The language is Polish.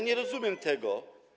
Nie rozumiem tego.